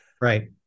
right